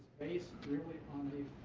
based really on the